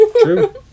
true